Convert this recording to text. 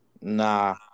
nah